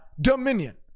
dominion